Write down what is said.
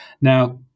Now